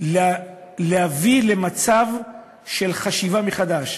להביא למצב של חשיבה מחדש.